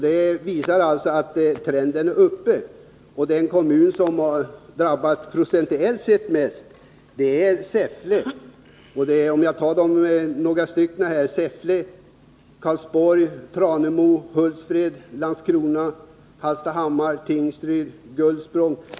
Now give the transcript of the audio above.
Det visar alltså trenden. Den kommun som procentuellt sett drabbats värst är Säffle. Sedan har vi kommunerna Karlsborg, Tranemo, Hultsfred, Landskrona, Hallstahammar, Tingsryd och Gullspång.